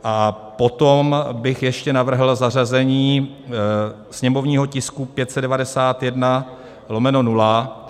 A potom bych ještě navrhl zařazení sněmovního tisku 591/0.